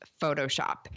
Photoshop